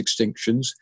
extinctions